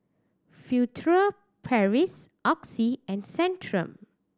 Furtere Paris Oxy and Centrum